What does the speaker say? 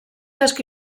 esku